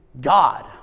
God